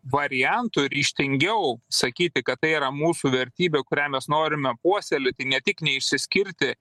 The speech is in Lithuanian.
variantų ryžtingiau sakyti kad tai yra mūsų vertybė kurią mes norime puoselėti ne tik neišsiskirti